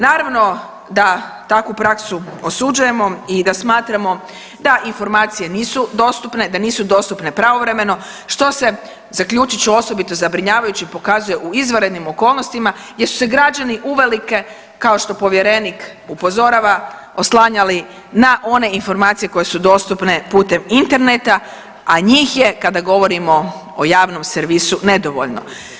Naravno da takvu praksu osuđujemo i da smatramo da informacije nisu dostupne, da nisu dostupne pravovremeno što se zaključit ću osobito zabrinjavajuće pokazuje u izvanrednim okolnostima gdje su se građani uvelike kao što povjerenik upozorava oslanjali na one informacije koje su dostupne putem interneta, a njih je kada govorimo o javnom servisu nedovoljno.